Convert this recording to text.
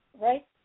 right